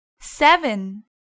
seven